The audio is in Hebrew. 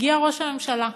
הגיע ראש הממשלה.